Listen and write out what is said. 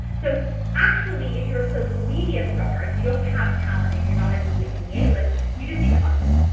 so actually if you're a social media star, if you don't have talent and you're not immediately in the a list, you just need to hustle.